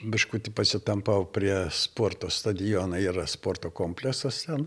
biškutį pasitampau prie sporto stadionai yra sporto kompleksas ten